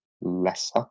lesser